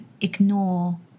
ignore